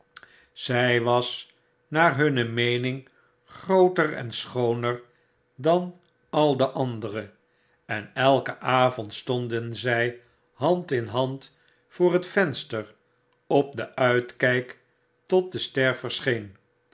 zij was naar hunne meening grooter en schooner dan al de andere en elken avond stonden zij hand in hand voor het venster op den uitkijk tot de ster